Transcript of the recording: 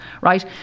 right